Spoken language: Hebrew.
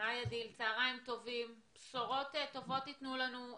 היי הדיל, בשורות טובות תתנו לנו.